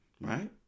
right